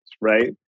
right